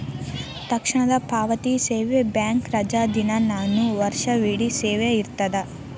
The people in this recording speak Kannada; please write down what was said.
ತಕ್ಷಣದ ಪಾವತಿ ಸೇವೆ ಬ್ಯಾಂಕ್ ರಜಾದಿನಾನು ವರ್ಷವಿಡೇ ಸೇವೆ ಇರ್ತದ